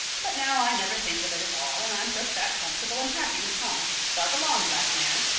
but now i never think of it at all, and i'm just that comfortable and happy with thomas. jog along, black mare.